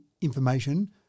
information